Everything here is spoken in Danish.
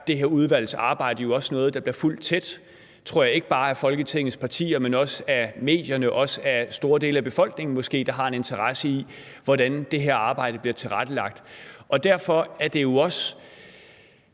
det her udvalgs arbejde jo også noget, der bliver fulgt tæt – jeg tror ikke bare af Folketingets partier, men også af medierne, også af store dele af befolkningen måske, der har en interesse i, hvordan det her arbejde bliver tilrettelagt. Derfor er det jo også